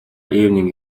evening